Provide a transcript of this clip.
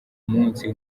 munsi